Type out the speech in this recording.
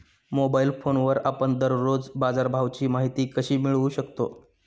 Mobile फोनवर आपण दररोज बाजारभावाची माहिती कशी मिळवू शकतो?